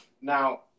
Now